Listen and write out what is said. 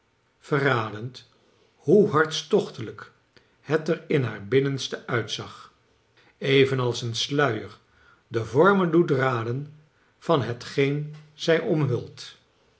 verradend hoe hartstochtelijk het er in haar binnenste uitzag evenals een sluier de vormen doet raden van hetgeen hij omhult